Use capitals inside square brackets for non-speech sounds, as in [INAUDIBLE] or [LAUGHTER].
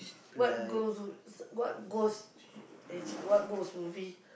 what ghost [NOISE] what ghost actually what ghost movie